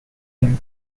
him